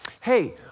hey